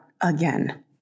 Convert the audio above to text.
again